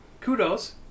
kudos